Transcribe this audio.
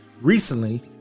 Recently